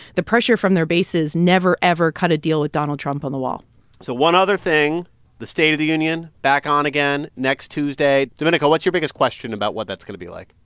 the pressure from their base is, never, ever cut a deal with donald trump on the wall so one other thing the state of the union back on again next tuesday. domenico, what's your biggest question about what that's going to be like?